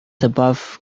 above